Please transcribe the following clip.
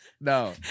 No